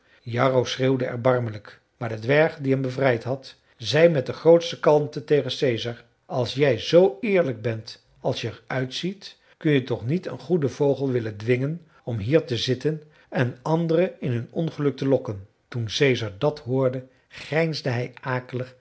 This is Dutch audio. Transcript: jarro schreeuwde erbarmelijk maar de dwerg die hem bevrijd had zei met de grootste kalmte tegen caesar als jij zoo eerlijk bent als je er uitziet kun je toch niet een goeden vogel willen dwingen om hier te zitten en andere in hun ongeluk te lokken toen caesar dat hoorde grijnsde hij akelig